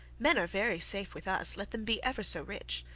men are very safe with us, let them be ever so rich.